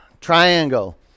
triangle